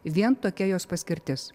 vien tokia jos paskirtis